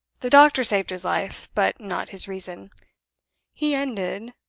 the doctor saved his life, but not his reason he ended,